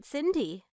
Cindy